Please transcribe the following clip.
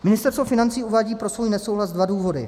Ministerstvo financí uvádí pro svůj nesouhlas dva důvody.